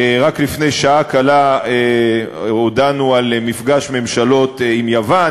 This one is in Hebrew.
רק לפני שעה קלה הודענו על מפגש ממשלות עם יוון,